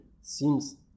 seems